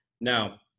Now